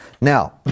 Now